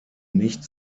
nicht